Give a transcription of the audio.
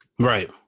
Right